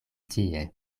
tie